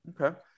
Okay